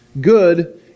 Good